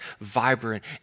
vibrant